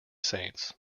saints